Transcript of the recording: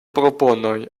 proponoj